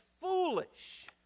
foolish